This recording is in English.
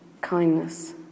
kindness